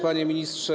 Panie Ministrze!